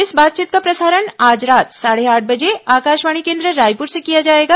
इस बातचीत का प्रसारण आज रात साढ़े आठ बजे आकाशवाणी केन्द्र रायपुर से किया जाएगा